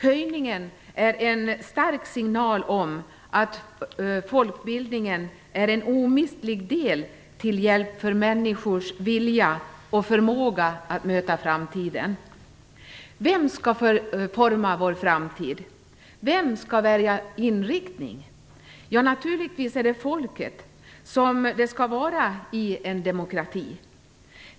Höjningen är en stark signal om att folkbildningen är en omistlig del till hjälp till människors vilja och förmåga att möta framtiden. Vem skall forma vår framtid? Vem skall välja inriktning? Naturligtvis är det folket, såsom det skall vara i en demokrati.